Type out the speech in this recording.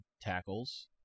tackles